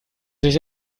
sich